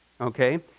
Okay